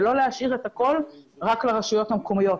ולא להשאיר את הכול רק לרשויות המקומיות.